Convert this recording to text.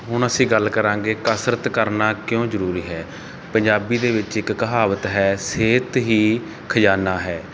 ਹੁਣ ਅਸੀਂ ਗੱਲ ਕਰਾਂਗੇ ਕਸਰਤ ਕਰਨਾ ਕਿਉਂ ਜ਼ਰੂਰੀ ਹੈ ਪੰਜਾਬੀ ਦੇ ਵਿੱਚ ਇੱਕ ਕਹਾਵਤ ਹੈ ਸਿਹਤ ਹੀ ਖਜ਼ਾਨਾ ਹੈ